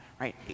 right